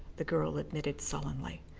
the girl admitted sullenly.